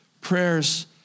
prayers